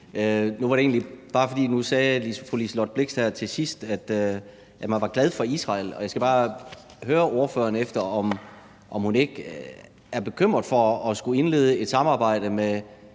Nu sagde fru Liselott Blixt her til sidst, at man var glad for Israel, og jeg skal bare spørge ordføreren, om hun ikke er bekymret for at skulle indlede et samarbejde med